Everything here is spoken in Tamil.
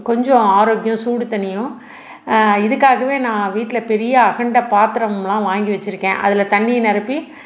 கொஞ்சம் ஆரோக்கியம் சூடு தணியும் இதுக்காகவே நான் வீட்டில் பெரிய அகண்ட பாத்திரம்லாம் வாங்கி வச்சுருக்கேன் அதில் தண்ணி நிரப்பி